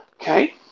Okay